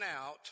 out